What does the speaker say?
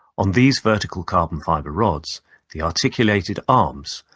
on these vertical carbon fiber rods the articulated arms,